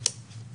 בבקשה.